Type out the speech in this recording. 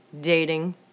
dating